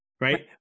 right